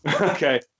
okay